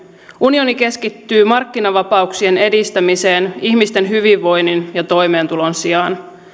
unioni keskittyy markkinavapauksien edistämiseen ihmisten hyvinvoinnin ja toimeentulon sijaan